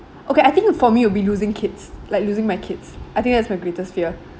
okay I think for me will be losing kids like losing my kids I think that's my greatest fear